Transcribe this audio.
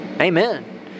Amen